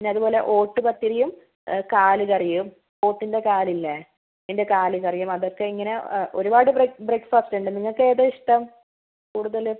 പിന്നെ അതുപോലെ ഓട്ടു പത്തിരിയും കാല് കറിയും പോത്തിൻ്റെ കാലില്ലേ അതിന്റെ കാല് കറിയും അതൊക്കെ ഇങ്ങനെ ഒരുപാട് ഒരുപാട് ബ്രേക്ക്ഫാസ്റ്റ് ഉണ്ട് നിങ്ങൾക്ക് ഇതാണ് ഇഷ്ടം കൂടുതൽ